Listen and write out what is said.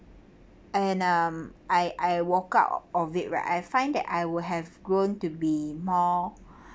and um I I walk out of it right I find that I will have grown to be more